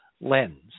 lens